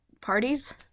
parties